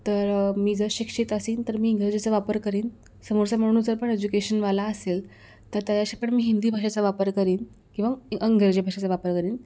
तर मी जर शिक्षित असेन तर मी इंग्रजीचा वापर करेन समोरचा माणूस पण एज्युकेशनवाला असेल तर त्याच्याशी पण हिंदी भाषेचा वापर करेन किंवा इं इंग्रजी भाषेचा वापर करेन